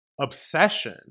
obsession